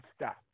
stop